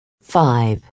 Five